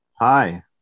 Hi